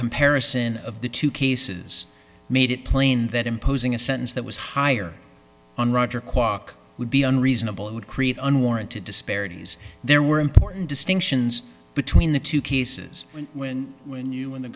comparison of the two cases made it plain that imposing a sentence that was higher on roger kwok would be unreasonable it would create unwarranted disparities there were important distinctions between the two cases when when when you when the